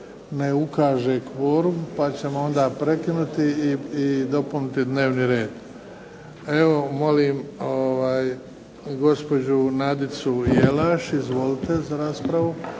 ne ukaže kvorum, pa ćemo onda prekinuti i dopuniti dnevni red. Evo molim gospođu Nadicu Jelaš, izvolite, za raspravu.